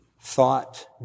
thought